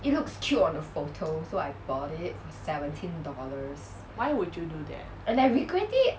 why would you do that